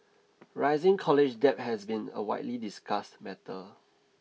rising college debt has been a widely discussed matter